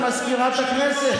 מזכירת הכנסת?